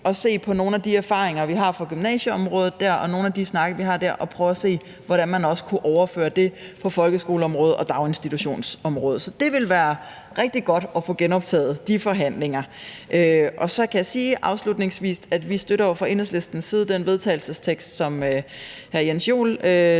at se på nogle af de erfaringer, vi har fra gymnasieområdet og fra nogle af de snakke, vi har dér, og prøve at se, hvordan man også kunne overføre det til folkeskoleområdet og daginstitutionsområdet. Så det ville være rigtig godt at få genoptaget de forhandlinger. Så kan jeg sige afslutningsvis, at vi fra Enhedslistens side støtter det forslag til vedtagelse, som hr. Jens Joel